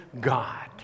God